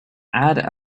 add